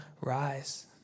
rise